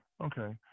Okay